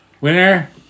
Winner